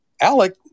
Alec